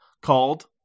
called